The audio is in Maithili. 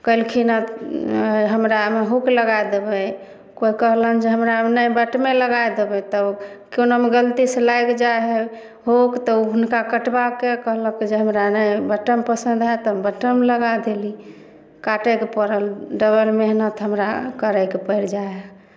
कहलखिन हमरामे हूक लगाए देबै कोइ कहलनि जे नहि हमरामे बटमे लगा देबै तब कोनोमे गलतीसँ लागि जाइ हए हूक तऽ हुनका कटवा कऽ कहलक जे हमरामे बटम पसन्द हए तऽ हम बटम लगाए देली काटयके पड़ल डबल मेहनति हमरा करयके पड़ि जाइ हए